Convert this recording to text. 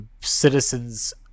citizens